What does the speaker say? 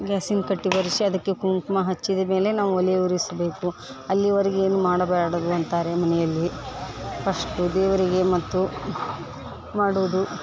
ಗ್ಯಾಸಿನ ಕಟ್ಟಿ ಒರೆಸಿ ಅದಕ್ಕೆ ಕುಂಕುಮ ಹಚ್ಚಿದ ಮೇಲೆ ನಾವು ಒಲೆ ಉರಿಸಬೇಕು ಅಲ್ಲಿವರೆಗೆ ಏನೂ ಮಾಡಬ್ಯಾಡದು ಅಂತಾರೆ ಮನೆಯಲ್ಲಿ ಫಶ್ಟು ದೇವರಿಗೆ ಮತ್ತು ಮಾಡುವುದು